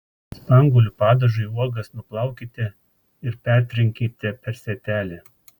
spanguolių padažui uogas nuplaukite ir pertrinkite per sietelį